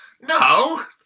No